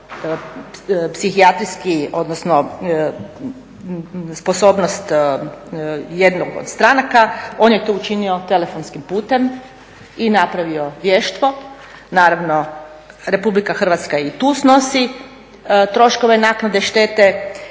psihijatrijsku jednog od stranaka, on je to učinio telefonskim putem i napravio vještvo. Naravno Republika Hrvatska i tu snosi troškove naknade štete,